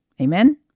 Amen